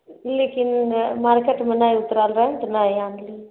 ई लऽ कऽ नहि हइ मार्केटमे नहि उतरल रहै तऽ नहि आनलिए